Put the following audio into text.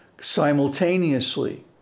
simultaneously